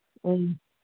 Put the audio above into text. ꯎꯝ